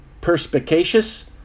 perspicacious